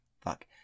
Fuck